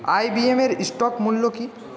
I B M এর stock মুল্য কী